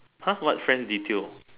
!huh! what friends detail